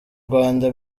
rwanda